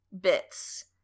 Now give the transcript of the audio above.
bits